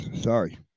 sorry